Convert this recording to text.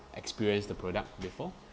experience the product before